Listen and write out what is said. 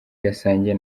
yasangiye